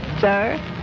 Sir